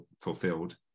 fulfilled